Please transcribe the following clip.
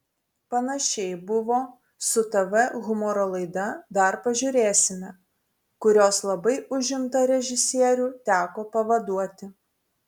panašiai buvo su tv humoro laida dar pažiūrėsime kurios labai užimtą režisierių teko pavaduoti